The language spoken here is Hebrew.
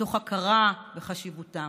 מתוך הכרה בחשיבותם,